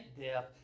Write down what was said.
death